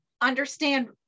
understand